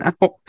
now